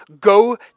go